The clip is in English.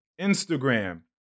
Instagram